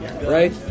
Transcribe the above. Right